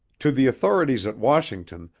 to the authorities at washington,